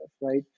right